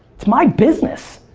it's my business.